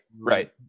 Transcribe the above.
Right